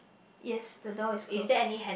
yes the door is closed